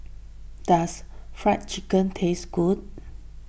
does Fried Chicken taste good